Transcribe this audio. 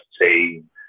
team